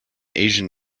asian